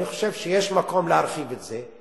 אני חושב שיש מקום להרחיב את זה.